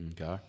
Okay